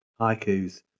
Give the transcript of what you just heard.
haikus